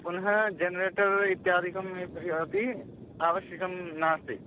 पुनः जन्रेटर् इत्यादिकम् अपि आवश्यकं नास्ति